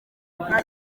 nta